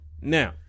Now